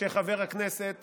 שחבר הכנסת